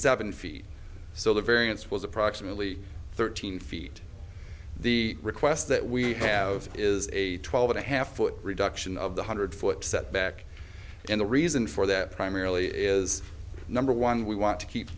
seven feet so the variance was approximately thirteen feet the request that we have is a twelve and a half foot reduction of the hundred foot setback and the reason for that primarily is number one we want to keep